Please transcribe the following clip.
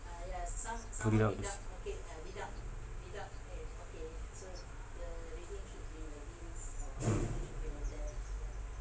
cause without this